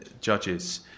judges